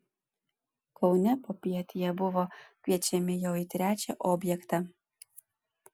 kaune popiet jie buvo kviečiami jau į trečią objektą